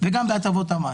וגם בהטבות המס,